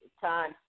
time